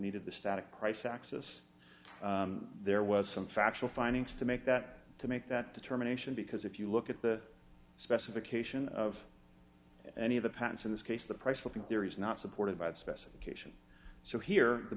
needed the static price access there was some factual findings to make that to make that determination because if you look at the specification of any of the patents in this case the price will be there is not supported by the specification so here the